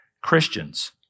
Christians